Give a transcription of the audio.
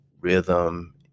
rhythm